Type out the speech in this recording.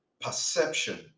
Perception